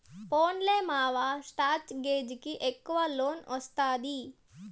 పోన్లే మావా, mortgage కి ఎక్కవ లోన్ ఒస్తాది